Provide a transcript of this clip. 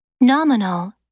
Nominal